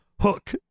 Hook